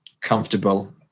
comfortable